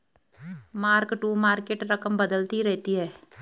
mark to market रकम बदलती रहती है